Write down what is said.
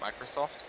Microsoft